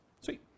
Sweet